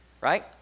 right